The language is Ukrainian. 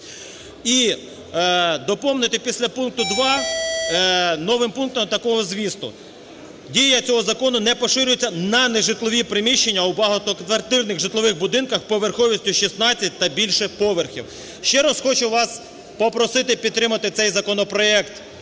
І доповнити після пункту 2 новим пунктом такого змісту: "дія цього закону не поширюється на нежитлові приміщення у багатоквартирних житлових будинках поверховістю 16 та більше поверхів". Ще раз хочу вас попросити підтримати цей законопроект